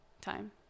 time